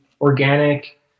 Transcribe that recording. organic